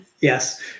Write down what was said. Yes